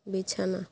বিছানা